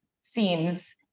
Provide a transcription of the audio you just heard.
seems